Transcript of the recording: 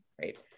right